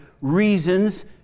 reasons